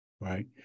right